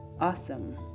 Awesome